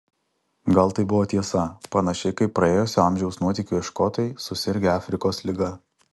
gal tai buvo tiesa panašiai kaip praėjusio amžiaus nuotykių ieškotojai susirgę afrikos liga